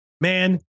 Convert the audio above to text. man